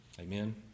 Amen